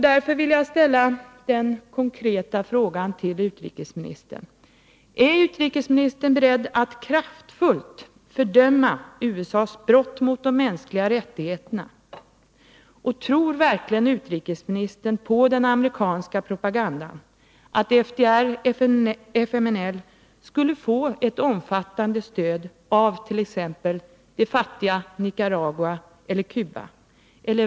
Därför vill jag ställa den konkreta frågan till utrikesministern: Är utrikesministern beredd att kraftfullt fördöma USA:s brott mot de mänskliga rättigheterna, och tror verkligen utrikesministern på den amerikanska propagandan att FDR/FMNL skulle få ett omfattande stöd av t.ex. det fattiga Nicaragua eller Cuba?